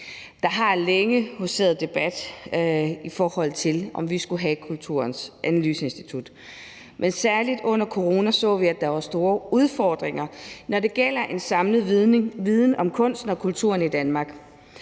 Der har længe huseret en debat, i forhold til om vi skulle have Kulturens Analyseinstitut, men særlig under corona så vi, at der var store udfordringer, når det gælder en samlet viden om kunsten og kulturen i Danmark.